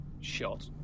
shot